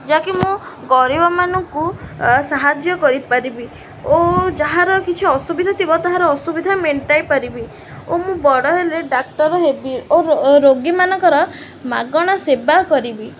ଯାହାକି ମୁଁ ଗରିବ ମାନଙ୍କୁ ସାହାଯ୍ୟ କରିପାରିବି ଓ ଯାହାର କିଛି ଅସୁବିଧା ଥିବ ତାହାର ଅସୁବିଧା ମେଣ୍ଟାଇ ପାରିବି ଓ ମୁଁ ବଡ଼ ହେଲେ ଡାକ୍ତର ହେବି ଓ ରୋଗୀମାନଙ୍କର ମାଗଣା ସେବା କରିବି